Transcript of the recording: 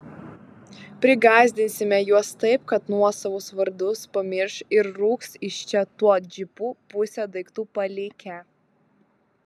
prigąsdinsime juos taip kad nuosavus vardus pamirš ir rūks iš čia tuo džipu pusę daiktų palikę